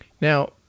Now